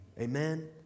Amen